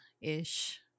ish